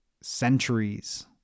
centuries